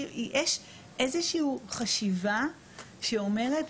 יש איזושהי חשיבה שאומרת,